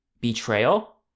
betrayal